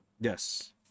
Yes